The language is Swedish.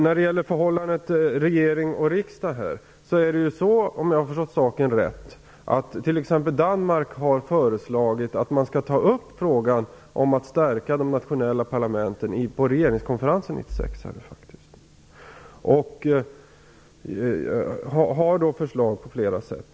När det gäller förhållandet regering-riksdag har t.ex. Danmark, om jag har förstått saken rätt, föreslagit att man skall ta upp frågan om att stärka de nationella parlamenten på regeringskonferensen 1996. Danskarna har flera olika förslag.